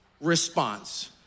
response